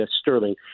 Sterling